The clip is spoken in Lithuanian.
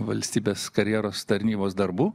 valstybės karjeros tarnybos darbų